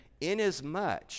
inasmuch